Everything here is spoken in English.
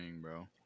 bro